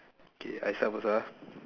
okay I start first ah